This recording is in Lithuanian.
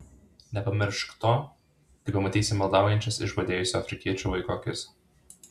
nepamiršk to kai pamatysi maldaujančias išbadėjusio afrikiečio vaiko akis